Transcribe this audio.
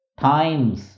times